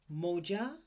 Moja